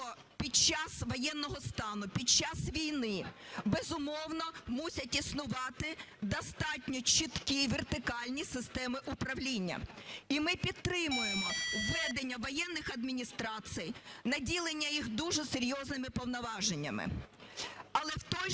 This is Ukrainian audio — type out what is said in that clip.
що під час воєнного стану, під час війни, безумовно, мусять існувати достатньо чіткі вертикальні системи управління. І ми підтримуємо введення воєнних адміністрацій, наділення їх дуже серйозними повноваженнями.